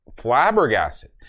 flabbergasted